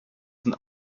sind